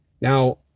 Now